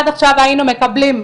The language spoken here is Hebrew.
עד עכשיו היינו מקבלים,